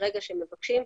ברגע שמבקשים,